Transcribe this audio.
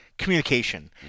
Communication